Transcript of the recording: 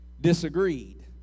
disagreed